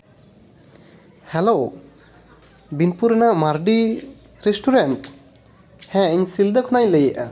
hello Binpur ᱨᱮᱱᱟᱜ Mardi restaurant ᱦᱮᱸ ᱤᱧ ᱥᱤᱞᱫᱟᱹ ᱠᱷᱚᱱᱟᱜ ᱤᱧ ᱞᱟᱹᱭᱮᱫᱼᱟ